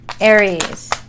Aries